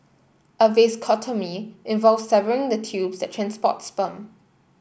a vasectomy involves severing the tubes that transport sperm